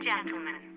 Gentlemen